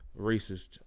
Racist